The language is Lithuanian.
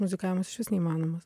muzikavimas išvis neįmanomas